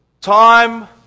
Time